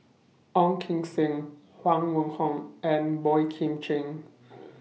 Ong Kim Seng Huang Wenhong and Boey Kim Cheng